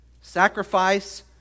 sacrifice